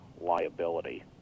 liability